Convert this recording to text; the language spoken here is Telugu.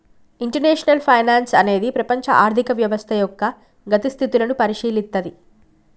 ఇంటర్నేషనల్ ఫైనాన్సు అనేది ప్రపంచ ఆర్థిక వ్యవస్థ యొక్క గతి స్థితులను పరిశీలిత్తది